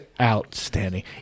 outstanding